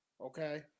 okay